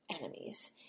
enemies